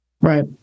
right